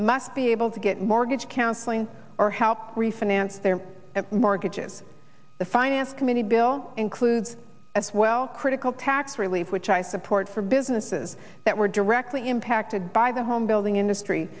must be able to get mortgage counseling or help refinance their mortgages the finance committee bill includes as well critical tax relief which i support for businesses that were directly impacted by the home building industry